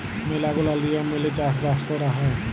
ম্যালা গুলা লিয়ম মেলে চাষ বাস কয়রা হ্যয়